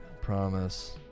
promise